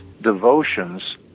devotions